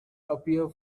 appear